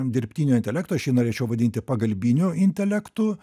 dirbtinio intelekto aš jį norėčiau vadinti pagalbiniu intelektu